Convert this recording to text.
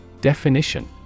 Definition